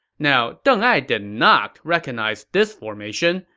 now deng ai did not recognize this formation,